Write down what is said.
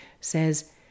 says